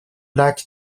lacs